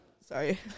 sorry